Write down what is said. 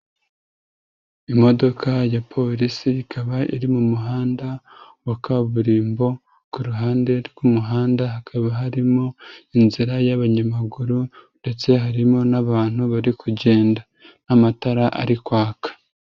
Imodoka ya Polisi ikaba iri mu muhanda wa kaburimbo, ku ruhande rw'umuhanda hakaba harimo inzira y'abanyamaguru ndetse harimo n'abantu bari kugenda n'amatara ari kwaka.